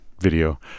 video